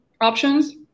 options